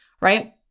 right